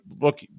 look